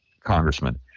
Congressman